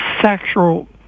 sexual